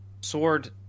Sword